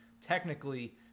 technically